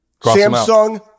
Samsung